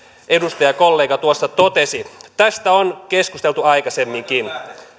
edustajakollega tuossa totesi ja tästä on keskusteltu aikaisemminkin